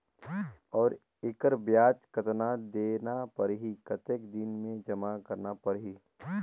और एकर ब्याज कतना देना परही कतेक दिन मे जमा करना परही??